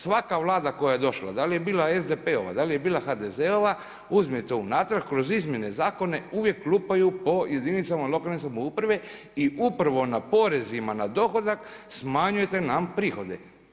Svaka Vlada koja je došla da li je bila SDP-ova, da li je bila HDZ-ova uzmete je natrag kroz izmjene zakona uvijek lupaju po jedinicama lokalne samouprave i upravo na porezima na dohodak smanjujete nam prihode.